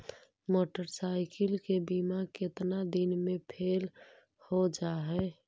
Motorcycle के बिमा केतना दिन मे फेल हो जा है?